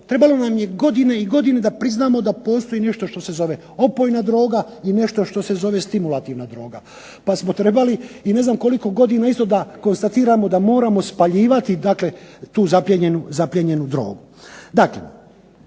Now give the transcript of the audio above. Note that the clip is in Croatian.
trebalo nam je godine i godine da priznamo da postoji nešto što se zove opojna droga i nešto što se zove stimulativna droga. Pa smo trebali i ne znam koliko godina isto da konstatiramo da moramo spaljivati dakle tu zaplijenjenu drogu.